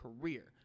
career